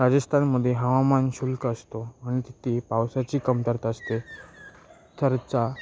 राजस्थानमध्ये हवामान शुष्क असतो आणि तिथे पावसाची कमतरता असते थरचा